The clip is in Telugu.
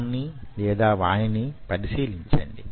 దాన్ని పరిశీలించండి